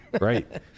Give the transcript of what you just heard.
right